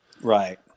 Right